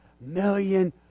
million